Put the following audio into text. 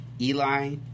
Eli